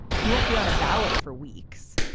he won't be on a ballot for weeks.